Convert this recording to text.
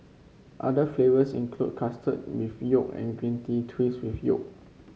other flavours include custard yolk and green tea twist with yolk